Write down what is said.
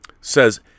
says